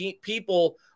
people